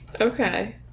okay